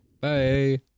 Bye